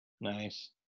nice